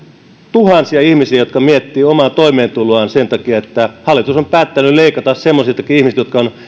tuhansia ihmisiä jotka miettivät omaa toimeentuloaan sen takia että hallitus on päättänyt leikata semmoisiltakin ihmisiltä jotka ovat